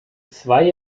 zwei